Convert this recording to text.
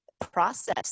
process